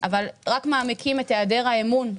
אבל רק מעמיקים את היעדר האמון,